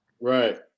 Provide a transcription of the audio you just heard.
Right